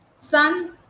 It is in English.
Sun